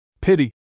pity